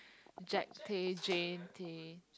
Jack-Tay Jan-Tay